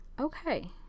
Okay